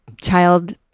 child